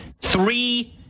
three